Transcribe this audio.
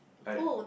like